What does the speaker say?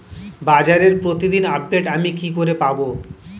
বাজারের প্রতিদিন আপডেট আমি কি করে পাবো?